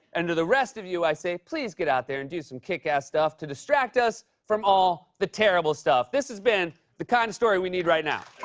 and to the rest of you, i say, please get out there and do some kick-ass stuff to distract us from all the terrible stuff. this has been the kind of story we need right now.